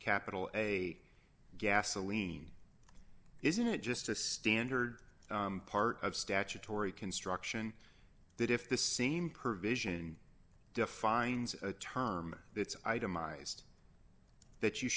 capital a gasoline isn't just a standard part of statutory construction that if the same provision defines a term that's itemized that you